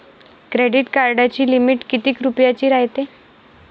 Credit कार्डाची limit कितीक रुपयाची रायते?